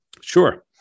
Sure